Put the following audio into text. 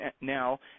now